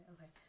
Okay